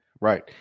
Right